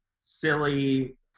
silly